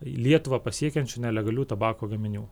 lietuvą pasiekiančių nelegalių tabako gaminių